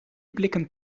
blikken